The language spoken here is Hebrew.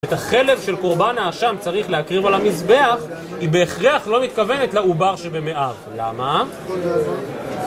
את החלב של קורבן האשם צריך להקריב על המזבח, היא בהכרח לא מתכוונת לעובר שבמעיו. למה?